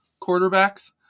quarterbacks